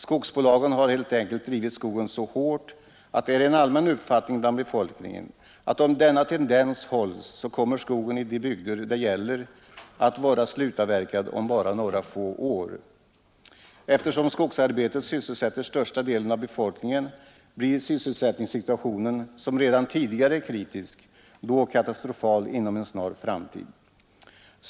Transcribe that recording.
Skogsbolagen har helt enkelt drivit skogen så hårt att det är en allmän uppfattning bland befolkningen att om denna tendens upprätthålls, så kommer skogen i de bygder det gäller att vara slutavverkad om bara några få år. Eftersom skogsarbetet sysselsätter största delen av befolkningen, kommer situationen på arbetsmarknaden, som redan tidigare är kritisk, att vara katastrofal inom en snar framtid.